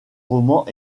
romans